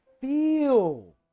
feel